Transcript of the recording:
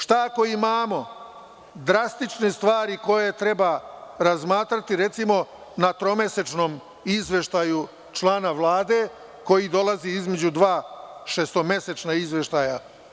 Šta ako imamo drastične stvari koje treba razmatrati, recimo, na tromesečnom izveštaju člana Vlade koji dolazi između dva šestomesečna izveštaja.